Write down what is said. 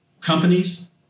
companies